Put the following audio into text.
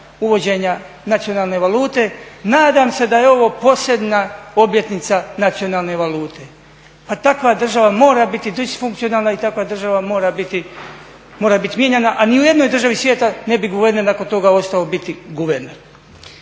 uvođenja nacionalne valute "Nadam se da je ovo posljednja obljetnica nacionalne valute". Pa takva država mora biti disfunkcionalna i takva država mora biti mijenjana a niti u jednoj državi svijeta ne bi guverner nakon toga ostao biti guverner.